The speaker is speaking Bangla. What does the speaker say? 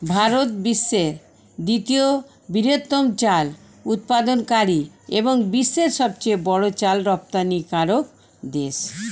ভারত বিশ্বের দ্বিতীয় বৃহত্তম চাল উৎপাদনকারী এবং বিশ্বের সবচেয়ে বড় চাল রপ্তানিকারক দেশ